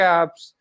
apps